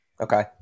Okay